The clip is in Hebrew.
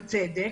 בצדק,